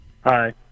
Hi